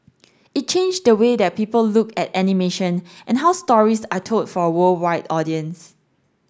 it changed the way that people look at animation and how stories are told for a worldwide audience